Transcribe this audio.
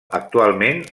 actualment